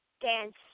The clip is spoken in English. dance